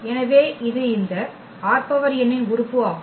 எனவே இது இந்த ℝn இன் உறுப்பு ஆகும்